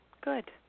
Good